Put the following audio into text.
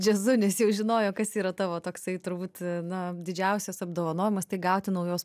džiazu nes jau žinojo kas yra tavo toksai turbūt na didžiausias apdovanojimas tai gauti naujos